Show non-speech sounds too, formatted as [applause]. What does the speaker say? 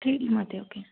ठीक मग ते [unintelligible] ओके